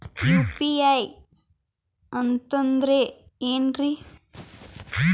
UPI ಅಂತಂದ್ರೆ ಏನ್ರೀ?